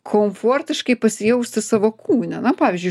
komfortiškai pasijausti savo kūne na pavyzdžiui